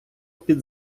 під